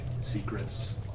secrets